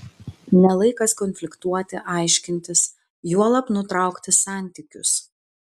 ne laikas konfliktuoti aiškintis juolab nutraukti santykius